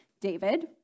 David